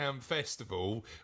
festival